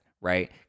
right